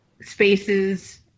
spaces